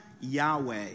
Yahweh